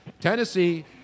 Tennessee